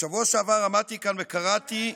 בשבוע שעבר עמדתי כאן וקראתי,